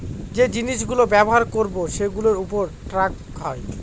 যে জিনিস গুলো ব্যবহার করবো সেগুলোর উপর ট্যাক্স হয়